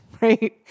right